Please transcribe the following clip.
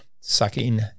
sucking